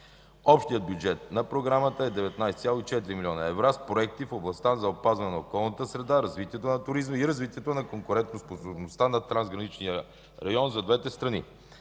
Общият бюджет на Програмата е 19,4 млн. евро с проекти в областта за опазване на околната среда, развитието на туризма и развитието на конкурентоспособността на трансграничния район за двете страни.